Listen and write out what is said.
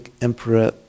emperor